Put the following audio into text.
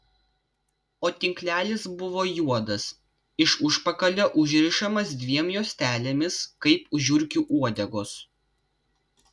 o tinklelis buvo juodas iš užpakalio užrišamas dviem juostelėmis kaip žiurkių uodegos